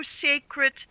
sacred